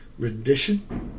Rendition